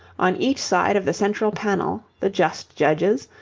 on each side of the central panel the just judges,